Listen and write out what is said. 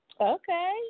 Okay